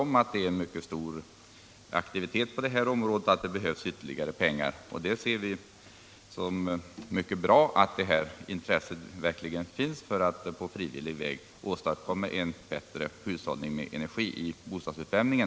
I framställningen omtalades att stor aktivitet råder och att ytterligare pengar behövs. Det är bra att intresse finns för att på frivillig väg åstadkomma en bättre hushållning med energi då det gäller bostadsuppvärmning.